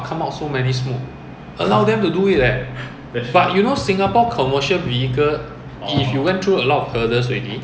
没有 pass inspection 的路 hazard 来的 ah 没有 brake 什么的车都可以来 L_T_A 都不管你进来我给你进 lor